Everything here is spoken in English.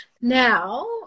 Now